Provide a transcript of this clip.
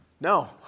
no